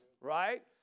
Right